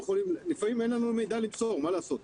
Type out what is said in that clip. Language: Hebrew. לפעמים אין לנו מידע למסור, מה לעשות.